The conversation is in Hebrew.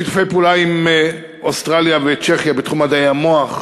שיתופי פעולה עם אוסטרליה וצ'כיה בתחום מדעי המוח,